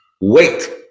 wait